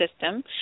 system